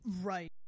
right